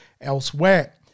elsewhere